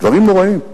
דברים נוראים.